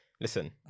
listen